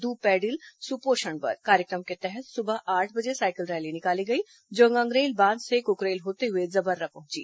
द् पैडिल सुपोषण बर कार्यक्रम के तहत सुबह आठ बजे साइकिल रैली निकाली गई जो गंगरेल बांध से कुकरेल होते हुए जबर्रा पहुंची